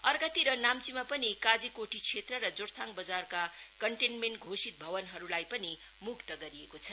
अर्कातिर नाम्चीमा पनि काजीकोठी क्षेत्र र जोरथाङ बजारको कन्टेन्मेन्ट घोषित भवनलाई पनि मुक्त गरिएको छ